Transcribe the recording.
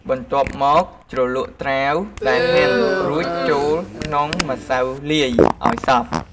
បន្ទាប់មក ជ្រលក់ត្រាវដែលហាន់ហើយចូលក្នុងម្សៅលាយ ឱ្យសព្វ។